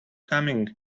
coming